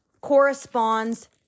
corresponds